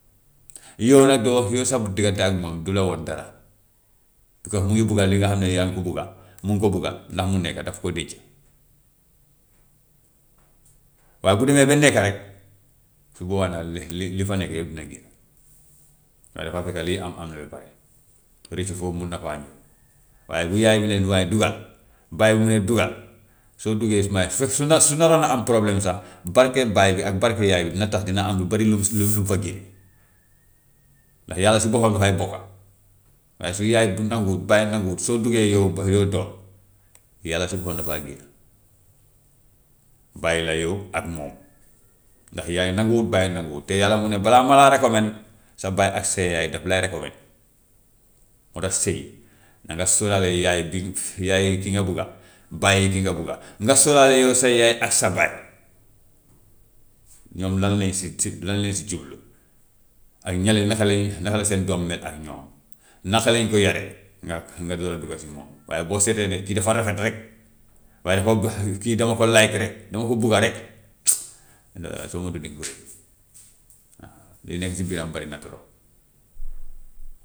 Yow nag doo, yow sa diggante ak moom du la wan dara, because mu ngi bugg li nga xam ne yaa ngi ko bugga, mu ngi ko bugga, ndax mu nekk daf koo denca. Waaye bu demee ba nekk rek su boobaa nag li li li fa nekk yëpp dina génn, ndax dafa fekk liy am am na ba pare, rëccu foofu mun na faa ñëw. Waaye bu yaay ji nee waay duggal, baay bi ne duggal, soo duggee sumay su na- su naroon a am problème sax barke baay bi ak barke yaay bi dina tax dina am lu bêri lu mu si lu mu fa génne, ndax yàla si boppam dafay bokka. Waaye su yaay bi nanguwut, baay nanguwut soo duggee yow ba yow doom, yàlla si boppam dafa génn, bàyyi la yow ak moom, ndax yaay nanguwut, baay nanguwut, te yàlla mu ne balaa ma laa recommand sa baay ak sa yaay daf lay recommand. Moo tax sëy nanga sóoraale yaay bi, yaayi ki nga bugga, baayi ki nga bugga, nga sóoraale yow sa yaay ak sa baay, ñoom lan lañu si si lan lañu si jublu, ak ñële naka lañuy naka la seen doom mel ak ñoom, naka lañ ko yaree, nga, nga door a dugga si moom. Waaye boo seetee ne kii dafa rafet rek, waaye boo kii dama ko likej rek, dama ko bugga rek soo moytuwut dinga ko rëccu, waaw li nekk si biiram bari na trop.